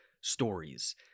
stories